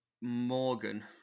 Morgan